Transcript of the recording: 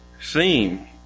theme